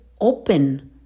open